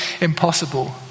impossible